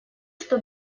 что